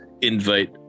invite